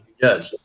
judge